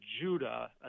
Judah